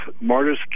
Martyrs